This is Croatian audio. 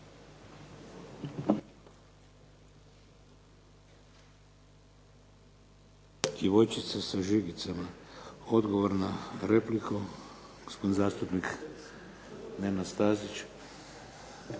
Djevojčica sa žigicama. Odgovor na repliku, gospodin zastupnik Nenad Stazić.